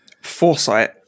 foresight